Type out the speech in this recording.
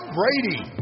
Brady